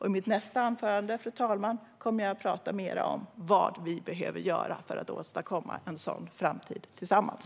I mitt nästa anförande, fru talman, kommer jag att tala mer om vad vi behöver göra för att åstadkomma en bättre framtid tillsammans.